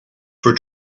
for